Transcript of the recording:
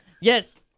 Yes